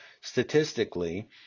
statistically